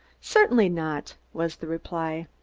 certainly not, was the reply.